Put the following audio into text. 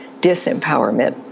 disempowerment